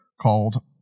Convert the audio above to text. called